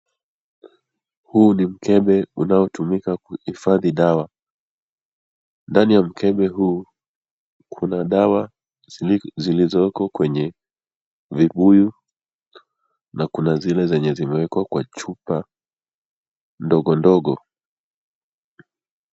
Huu ni mkebe unaotumika kuhifadhi dawa, ndani ya mkebe huu kuna dawa zilizoko kwenye vibuyu na Kuna zile zenye zimewekwa kwa chupa ndogo ndogo.